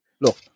look